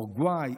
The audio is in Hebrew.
אורוגוואי,